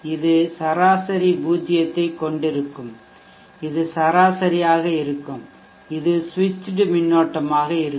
இது சராசரி பூஜ்ஜியத்தைக் கொண்டிருக்கும் இது சராசரியாக இருக்கும் இது சுவிட்ச்டு மின்னோட்டமாக இருக்கும்